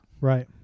Right